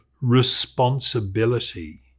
responsibility